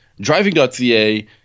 driving.ca